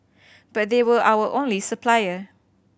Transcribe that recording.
but they were our only supplier